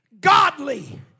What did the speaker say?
godly